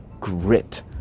grit